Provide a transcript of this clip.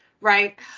right